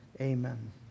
Amen